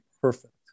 perfect